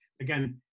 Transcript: again